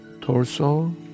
torso